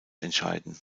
entscheiden